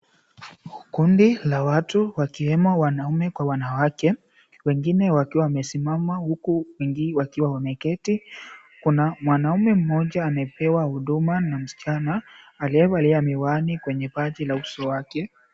Kundi la watu wakiwemo wanaume kwa wanawake, wengine wakiwa wamesimama huku wengi wakiwa wameketi. Kuna mwanamume mmoja amepewa huduma na msichana aliyevalia miwani kwenye paji la uso wake.